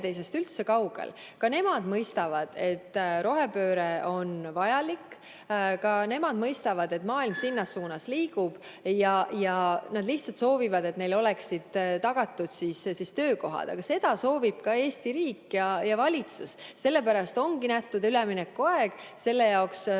teineteisest üldse kaugel. Ka nemad mõistavad, et rohepööre on vajalik. Ka nemad mõistavad, et maailm sinna suunas liigub. Nad lihtsalt soovivad, et neile oleksid tagatud töökohad. Aga seda soovib ka Eesti riik ja valitsus. Sellepärast ongi ette nähtud üleminekuaeg. Selle jaoks tulebki